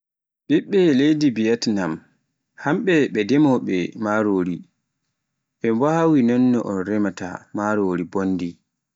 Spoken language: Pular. ɓiɓɓe leydi Viatnam hamɓe ɓe demoɓe marori, ɓe bawi nonno un remaata marori bondi.